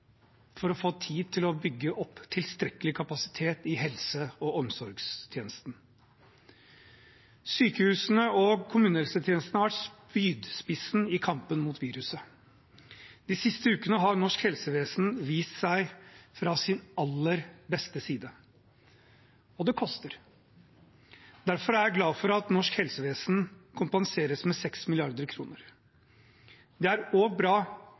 for å få tid til å bygge opp tilstrekkelig kapasitet i helse- og omsorgstjenesten. Sykehusene og kommunehelsetjenesten har vært spydspissen i kampen mot viruset. De siste ukene har norsk helsevesen vist seg fra sin aller beste side – og det koster. Derfor er jeg glad for at norsk helsevesen kompenseres med 6 mrd. kr. Det er også bra